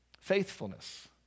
faithfulness